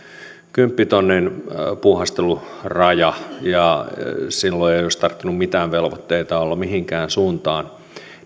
kymppitonnin puuhasteluraja ja silloin ei olisi tarvinnut mitään velvoitteita olla mihinkään suuntaan